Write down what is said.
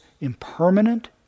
impermanent